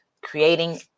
creating